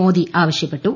മോദി ആവശ്യപ്പെട്ടു